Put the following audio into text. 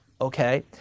okay